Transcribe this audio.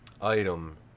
item